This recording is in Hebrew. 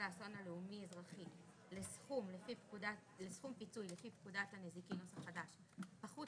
האסון הלאומי אזרחי לסכום פיצוי לפי פקודת הנזיקין החדש פחות